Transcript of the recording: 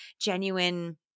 genuine